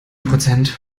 prozent